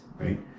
right